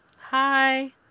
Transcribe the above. Hi